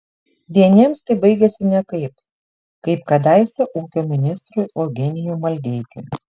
vieniems tai baigiasi nekaip kaip kadaise ūkio ministrui eugenijui maldeikiui